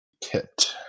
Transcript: kit